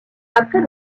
après